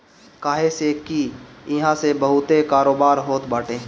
काहे से की इहा से बहुते कारोबार होत बाटे